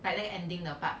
like 那个 ending the part